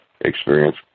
experience